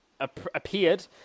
appeared